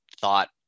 thought